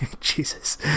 Jesus